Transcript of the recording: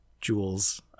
jewels